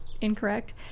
incorrect